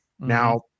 Now